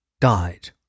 died